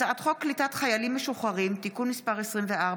הצעת חוק קליטת חיילים משוחררים (תיקון מס' 24)